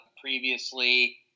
previously